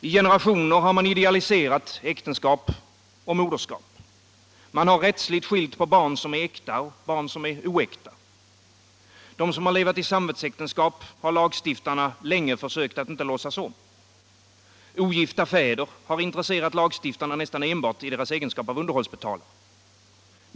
I generationer har man idealiserat äktenskap och moderskap. Man har rättsligt skilt på barn som är äkta och barn som är oäkta. Dem som levat i samvetsäktenskap har lagstiftarna länge försökt att inte låtsas om. Ogifta fäder har intresserat lagstiftarna nästan enbart i deras egenskap av underhållsbetalare.